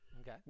Okay